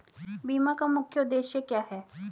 बीमा का मुख्य उद्देश्य क्या है?